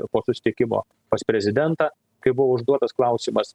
po susitikimo pas prezidentą kai buvo užduotas klausimas